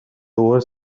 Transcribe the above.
lower